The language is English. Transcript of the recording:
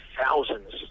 thousands